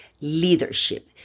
leadership